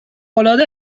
العاده